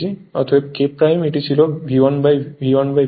অতএব K এটি ছিল V1 V2